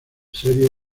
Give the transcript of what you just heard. series